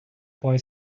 boy